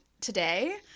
today